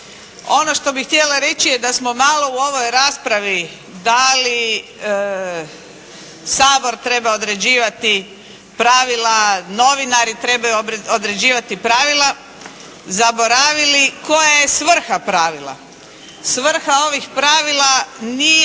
Ono što bih htjela reći je da smo malo u ovoj raspravi da li Sabor treba određivati pravila, novinari trebaju određivati pravila zaboravili koja je svrha pravila. Svrha ovih pravila nije